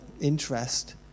interest